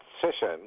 session